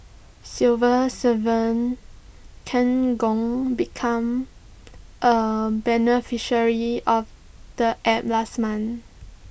civil servant Ken Gong become A beneficiary of the app last month